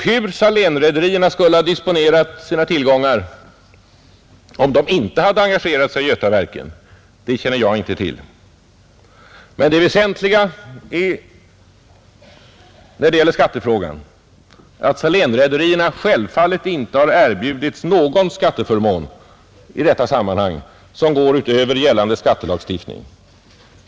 Hur Salénrederierna skulle ha disponerat sina tillgångar om de inte hade engagerat sig i Götaverken känner jag inte till, men det väsentliga när det gäller skattefrågan är att Salénrederierna självfallet inte har erbjudits någon skatteförmån som går utöver gällande skattelagstiftning.